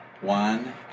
One